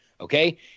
okay